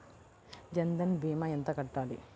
జన్ధన్ భీమా ఎంత కట్టాలి?